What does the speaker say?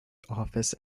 office